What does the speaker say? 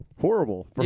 horrible